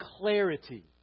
clarity